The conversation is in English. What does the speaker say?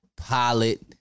Pilot